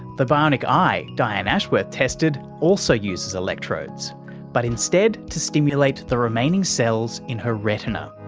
the bionic eye dianne ashworth tested also uses electrodes but instead to stimulate the remaining cells in her retina.